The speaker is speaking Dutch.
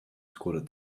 scoorde